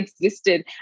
existed